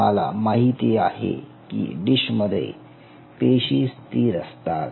तुम्हाला माहिती आहे डिश मध्ये पेशी स्थिर असतात